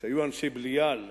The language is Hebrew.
שהיו אנשי בליעל,